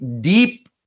deep